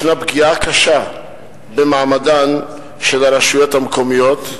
ישנה פגיעה קשה במעמדן של הרשויות המקומיות,